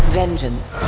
vengeance